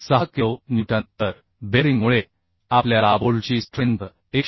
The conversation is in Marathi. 6 किलो न्यूटन तर बेअरिंगमुळे आपल्या ला बोल्टची स्ट्रेंथ 116